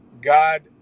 God